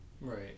Right